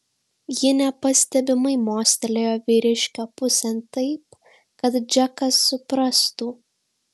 ji nepastebimai mostelėjo vyriškio pusėn taip kad džekas suprastų